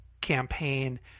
campaign